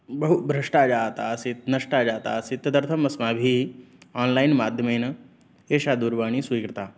बहु भ्रष्टा जातासीत् नष्टा जातासीत् तदर्थम् अस्माभिः आन्लैन्माध्यमेन एषा दूरवाणी स्वीकृता